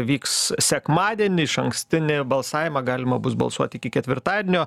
vyks sekmadienį išankstinį balsavimą galima bus balsuoti iki ketvirtadienio